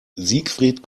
siegfried